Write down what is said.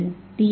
இது டி